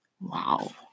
Wow